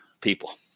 people